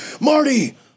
Marty